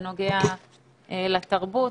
בנושא התרבות.